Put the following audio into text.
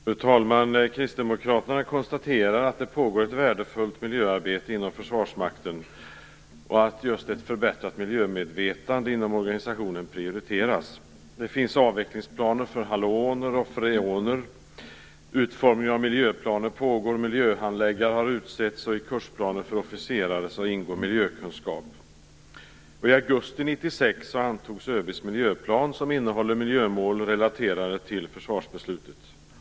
Fru talman! Kristdemokraterna konstaterar att det pågår ett värdefullt miljöarbete inom Försvarsmakten och att just ett förbättrat miljömedvetande inom organisationen prioriteras. Det finns avvecklingsplaner för halon och freoner. Utformningen av miljöplaner pågår. Miljöhandläggare har utsetts, och i kursplanen för officerare ingår miljökunskap. I augusti 1996 antogs ÖB:s miljöplan som innehåller miljömål som är relaterade till försvarsbeslutet.